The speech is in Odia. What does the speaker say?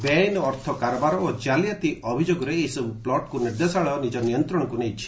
ବେଆଇନ ଅର୍ଥ କାରବାର ଓ ଜାଲିଆତି ଅଭିଯୋଗରେ ଏହିସବୁ ପ୍ଲଟକୁ ନିର୍ଦ୍ଦେଶାଳୟ ନିଜ ନିୟନ୍ତ୍ରଣକୁ ନେଇଛି